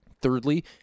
Thirdly